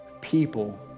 people